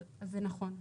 אז זה נכון,